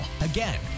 Again